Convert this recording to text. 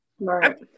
Right